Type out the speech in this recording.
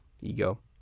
ego